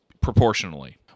proportionally